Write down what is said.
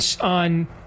on